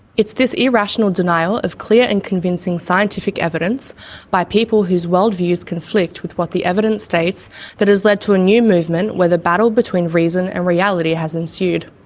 it's this irrational denial of clear and convincing scientific evidence by people whose worldviews conflict with what the evidence states that has led to a new movement where the battle between reason and reality has ensued.